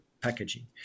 packaging